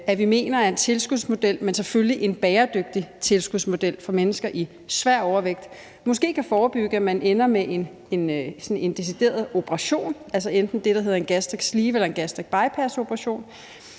for mennesker med svær overvægt, men selvfølgelig en bæredygtig tilskudsmodel, måske kan forebygge, at man ender med en decideret operation, altså enten det, der hedder en gastric sleeve-operation eller en gastrisk bypassoperation,